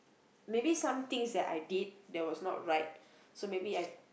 maybe some things that I did that was not right so maybe I